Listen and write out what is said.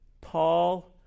Paul